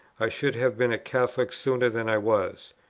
i should have been a catholic sooner than i was.